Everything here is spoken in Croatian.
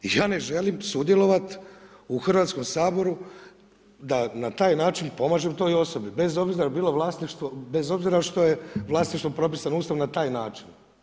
Ja ne želim sudjelovat u Hrvatskom saboru da na taj način pomažem toj osobi bez obzira bilo vlasništvo, bez obzira što je vlasništvo propisao Ustav na taj način.